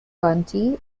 county